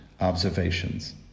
observations